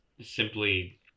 simply